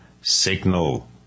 Signal